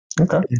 Okay